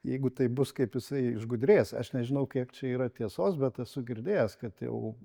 jeigu taip bus kaip jisai išgudrės aš nežinau kiek čia yra tiesos bet esu girdėjęs kad jau